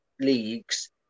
leagues